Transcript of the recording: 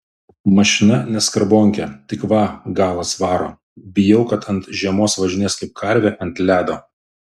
mašina ne skarbonkė tik va galas varo bijau kad ant žiemos važinės kaip karvė ant ledo